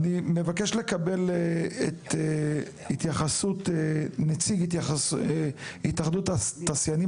אני מבקש לקבל את ההתייחסות של התאחדות התעשיינים